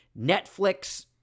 Netflix